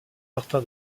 martin